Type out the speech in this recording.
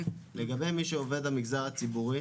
לגבי מי שעובד המגזר הציבורי